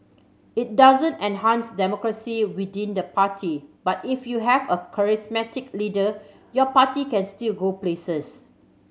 it doesn't enhance democracy within the party but if you have a charismatic leader your party can still go places